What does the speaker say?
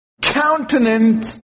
countenance